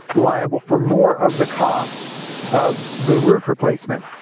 liable for more of the cost of the roof replacement.